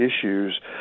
issues